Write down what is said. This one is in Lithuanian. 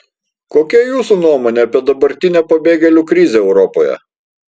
kokia jūsų nuomonė apie dabartinę pabėgėlių krizę europoje